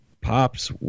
pops